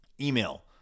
email